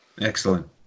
Excellent